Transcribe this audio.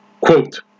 quote